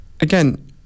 again